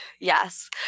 yes